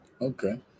Okay